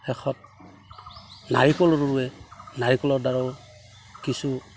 শেষত নাৰিকল ৰুৱে নাৰিকলৰ দ্বাৰাও কিছু